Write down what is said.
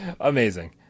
Amazing